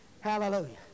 Hallelujah